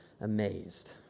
amazed